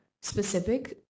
specific